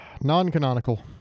non-canonical